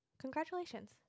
congratulations